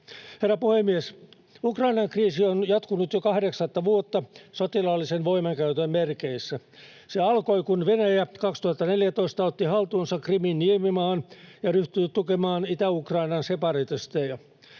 Herra puhemies! Ukrainan kriisi on jatkunut jo kahdeksatta vuotta sotilaallisen voimankäytön merkeissä. Se alkoi, kun Venäjä 2014 otti haltuunsa Krimin niemimaan ja ryhtyi tukemaan Itä-Ukrainan separatisteja.